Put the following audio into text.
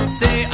say